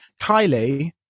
Kylie